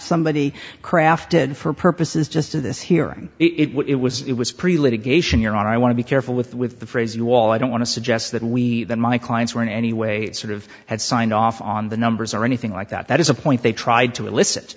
somebody crafted for purposes just of this hearing it was it was pretty litigation you're on i want to be careful with with the phrase you all i don't want to suggest that we that my clients were in any way sort of had signed off on the numbers or anything like that that is a point they tried to elicit